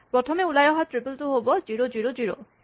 প্ৰথমতে ওলাই অহা ট্ৰিপল টো হ'ব জিৰ' জিৰ' জিৰ'